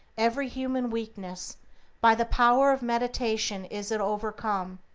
every human weakness by the power of meditation is it overcome,